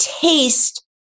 taste